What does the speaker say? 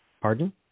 Pardon